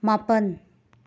ꯃꯥꯄꯟ